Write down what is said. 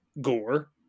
Gore